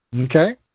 Okay